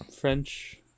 French